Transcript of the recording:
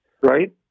right